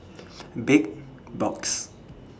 Big Box